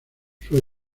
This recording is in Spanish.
sus